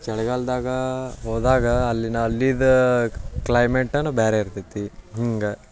ಚಳಿಗಾಲದಾಗ ಹೋದಾಗ ಅಲ್ಲಿನ ಅಲ್ಲಿದು ಕ್ಲೈಮೇಟನ ಬೇರೆ ಇರ್ತೈತಿ ಹಿಂಗೆ